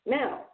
now